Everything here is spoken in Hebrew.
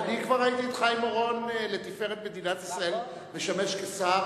אני כבר ראיתי את חיים אורון לתפארת מדינת ישראל משמש כשר.